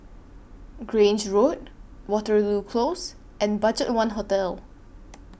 Grange Road Waterloo Close and BudgetOne Hotel